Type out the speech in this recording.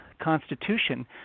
Constitution